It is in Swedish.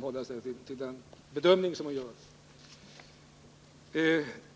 hålla sig till sådana bedömningar som hon gör.